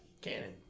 canon